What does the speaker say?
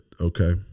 okay